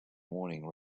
morning